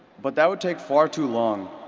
but that would take far too long.